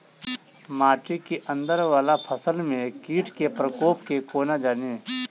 माटि केँ अंदर वला फसल मे कीट केँ प्रकोप केँ कोना जानि?